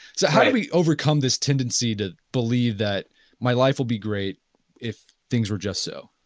so how do we overcome this tendency to believe that my life will be great if things are just so?